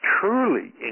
truly